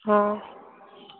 ହଁ